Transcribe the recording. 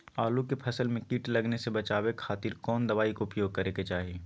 आलू के फसल में कीट लगने से बचावे खातिर कौन दवाई के उपयोग करे के चाही?